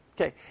Okay